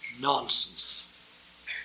Nonsense